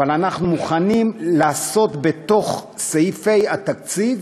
אבל אנחנו מוכנים לעשות בתוך סעיפי התקציב